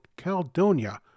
Caldonia